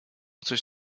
coś